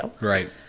right